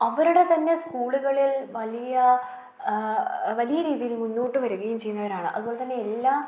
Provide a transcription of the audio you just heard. അവരുടെ തന്നെ സ്കൂളുകളിൽ വലിയ വലിയ രീതിയിൽ മുന്നോട്ട് വരികയും ചെയ്യുന്നവരാണ് അതുപോലെത്തന്നെ എല്ലാ